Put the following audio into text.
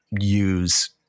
use